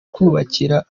twubakira